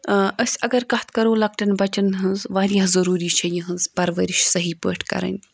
أسۍ اگر کَتھ کَرو لۄکٹؠن بَچَن ہٕنٛز واریاہ ضروٗری چھےٚ یِہٕنٛز پَرؤرِش صحیح پٲٹھۍ کَرٕنۍ